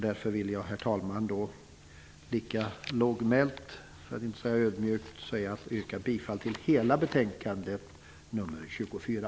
Därför, herr talman, vill jag lika lågmält, för att inte säga ödmjukt, yrka bifall till hela hemställan i betänkande 24.